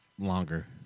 longer